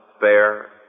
fair